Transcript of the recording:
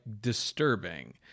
disturbing